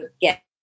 get